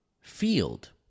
field